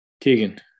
keegan